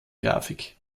grafik